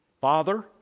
Father